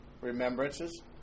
remembrances